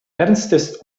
ernstes